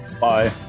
bye